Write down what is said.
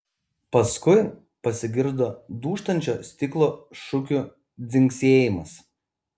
paskui pasigirdo dūžtančio stiklo šukių dzingsėjimas